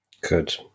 Good